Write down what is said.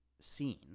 scene